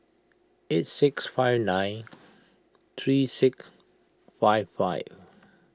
eight six five nine three six five five